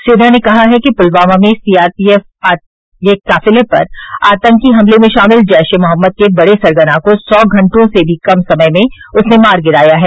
सेना ने कहा है कि पुलवामा में सी आर पी एफ काफिले पर आतंकी हमले में शामिल जैश ए मोहम्मद के बड़े सरगना को सौ घंटे से भी कम समय में उसने मार गिराया है